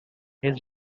his